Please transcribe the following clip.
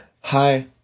Hi